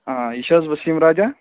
آ یہِ چھِ حظ وسیٖم راجا